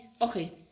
okay